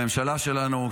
הממשלה שלנו,